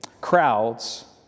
crowds